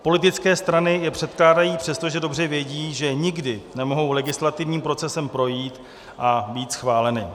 Politické strany je předkládají, přestože dobře vědí, že nikdy nemohou legislativním procesem projít a být schváleny.